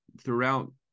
throughout